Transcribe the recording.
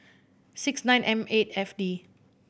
six nine M eight F D